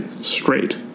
straight